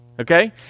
Okay